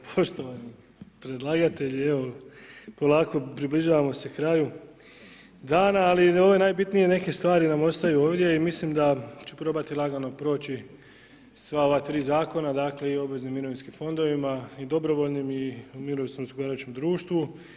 Poštovani predlagatelji, evo polako približavamo se kraju dana, ali ove najbitnije neke stvari nam ostaju ovdje i mislim da ću probati lagano proći sva ova tri zakona, dakle i o obveznim mirovinskim fondovima i dobrovoljnim i u mirovinskom osiguravajućem društvu.